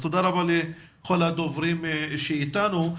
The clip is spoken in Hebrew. אז תודה לכל הדוברים שאתנו.